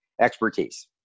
expertise